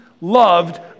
Loved